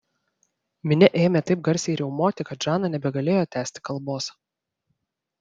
minia ėmė taip garsiai riaumoti kad žana nebegalėjo tęsti kalbos